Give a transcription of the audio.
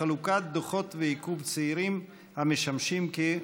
השאילתה: חלוקת דוחות ועיכוב צעירים המשמשים כמוסחראתייה.